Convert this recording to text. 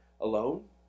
alone